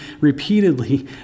repeatedly